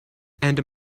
and